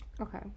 Okay